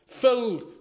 Filled